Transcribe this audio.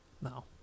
No